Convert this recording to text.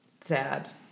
sad